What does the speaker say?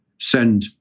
send